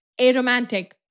aromantic